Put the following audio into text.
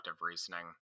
reasoning